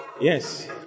yes